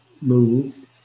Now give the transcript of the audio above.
moved